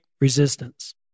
resistance